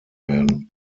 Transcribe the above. werden